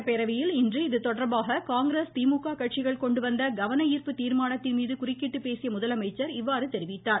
சட்டப்பேரவையில் இன்று இது தொடர்பாக காங்கிரஸ் திமுக கட்சிகள் கொண்டுவந்த கவன ஈா்ப்பு தீாமானத்தின் மீது குறுக்கிட்டு பேசிய முதலமைச்சா் இவ்வாறு தெரிவித்தார்